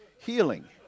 healing